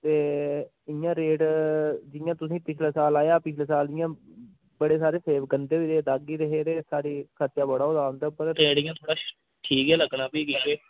ते इ'यां रेट जियां तुसें पिछले साल लाया पिछले साल जि'यां बड़े सारे सेब गंदे गे दागी गै हे पर इस बारी खर्चा बड़ा होआ उं'दे पर रेट इ'यां थोह्ड़ा ठीक गै लग्गना फ्ही तुसें